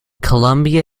columbia